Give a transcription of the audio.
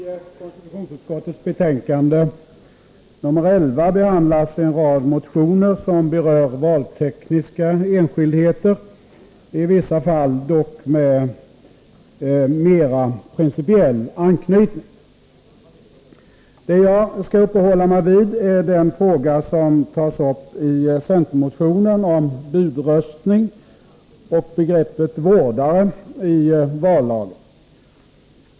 Fru talman! I konstitutionsutskottets betänkande nr 11 behandlas en rad motioner som berör valtekniska enskildheter, i vissa fall dock med mera principiell anknytning. Det jag skall uppehålla mig vid är den fråga som tas upp i centermotionen, nämligen budröstning och begreppet vårdare i vallagen.